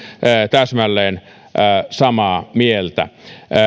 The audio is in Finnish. täsmälleen samaa mieltä